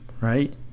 right